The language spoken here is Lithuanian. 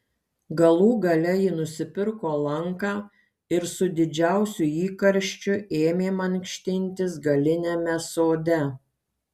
galų gale ji nusipirko lanką ir su didžiausiu įkarščiu ėmė mankštintis galiniame sode